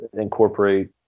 incorporate